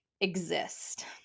exist